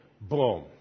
boom